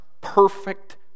perfect